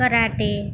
karate